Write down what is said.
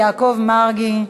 חבר הכנסת יעקב מרגי,